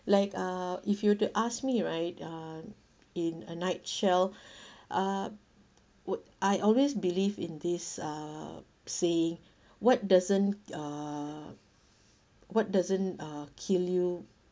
like uh if you were to ask me right uh in a nutshell uh would I always believe in this uh saying what doesn't uh what doesn't uh kill you